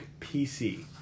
PC